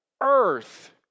earth